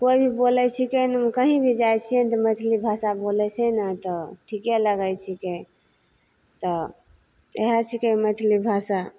केओ भी बोलै छिकै ने कहीँभी जाइत छियै तऽ मैथिली भाषा बोलैत छियै ने तऽ ठिके लगैत छिकै तऽ इहए छिकै मैथिली भाषा